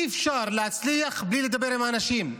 אי-אפשר להצליח בלי לדבר עם האנשים.